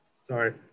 Sorry